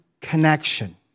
connection